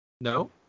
No